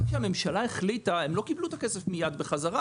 גם כשהממשלה החליטה הם לא קיבלו את הכסף בחזרה מיד,